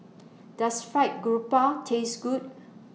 Does Fried Garoupa Taste Good